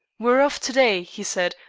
we're off to-day, he said.